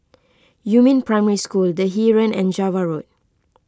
Yumin Primary School the Heeren and Java Road